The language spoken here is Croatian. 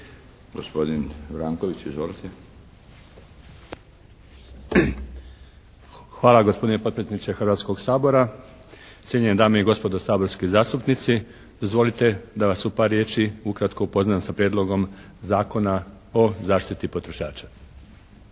Hvala gospodine potpredsjedniče Hrvatskoga sabora. Cijenjene dame i gospodo saborski zastupnici dozvolite da vas u par riječi ukratko upoznam sa Prijedlogom zakona o zaštiti potrošača.